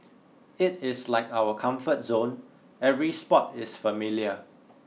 it is like our comfort zone every spot is familiar